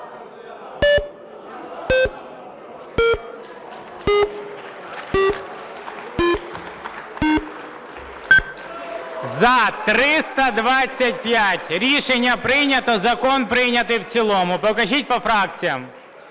За-325 Рішення прийнято. Закон прийнятий в цілому. Покажіть по фракціям.